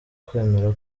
kwemera